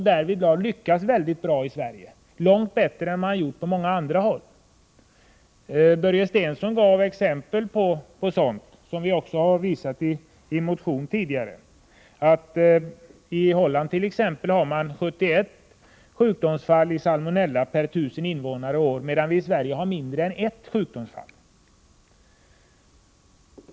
Därvidlag har vi lyckats väldigt bra i Sverige, långt bättre än man gjort på andra håll. Börje Stensson gav ju exempel på sådant, vilket vi också visat i motioner tidigare. I Holland har man t.ex. 71 sjukdomsfall när det gäller salmonella per 1 000 invånare, medan vi i Sverige har mindre än ett sjukdomsfall.